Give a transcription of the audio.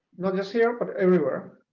not just here, but everywhere,